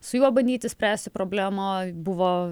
su juo bandyti spręsti problemą buvo